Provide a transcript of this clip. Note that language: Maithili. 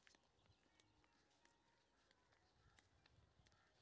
सर हमरो लोन देखें खातिर की करें परतें?